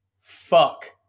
Fuck